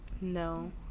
No